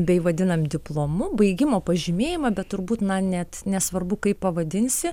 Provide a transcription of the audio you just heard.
bei vadinam diplomu baigimo pažymėjimą bet turbūt na net nesvarbu kaip pavadinsi